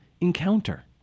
encounter